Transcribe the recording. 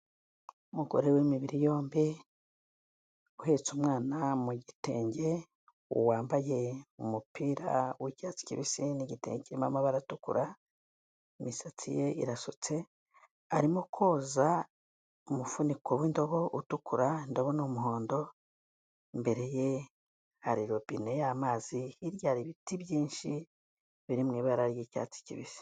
Umugore w'imibiri yombi uhetse umwana mu gitenge wambaye umupira w'icyatsi kibisi n'igitenge kirimo amabara atukura, imisatsi ye irasutse arimo koza umufuniko w'indobo utukura, indobo ni umuhondo imbere ye hari ropine y'amazi. Hirya Hari ibiti byinshi biri mu ibara ry'icyatsi kibisi.